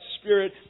spirit